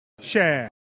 share